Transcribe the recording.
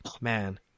Man